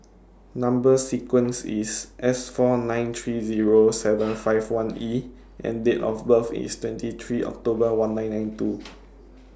Number sequence IS S four nine three Zero seven five one E and Date of birth IS twenty three October one nine nine two